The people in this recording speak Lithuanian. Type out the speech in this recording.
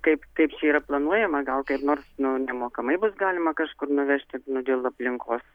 kaip kaip čia yra planuojama gal kaip nors nu nemokamai bus galima kažkur nuvežti nu dėl aplinkos